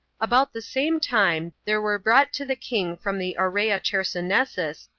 about the same time there were brought to the king from the aurea chersonesus,